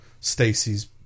Stacy's